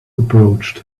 approached